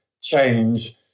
change